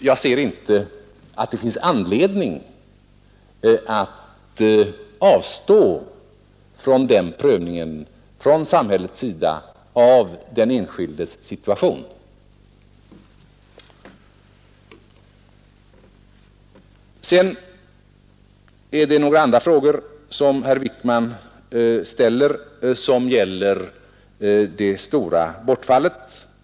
Jag ser inte att det finns anledning för samhället att avstå från den prövningen av den enskildes situation. Sedan ställde herr Wijkman några andra frågor, som gäller det stora bortfallet.